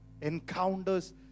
Encounters